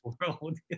world